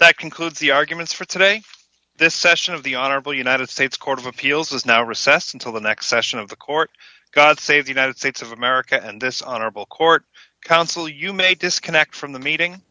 that concludes the arguments for today this session of the honorable united states court of appeals is now recess until the next session of the court god save the united states of america and this honorable court counsel you may disconnect from the meeting